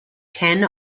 ten